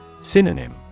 Synonym